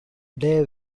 day